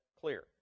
clear